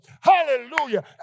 Hallelujah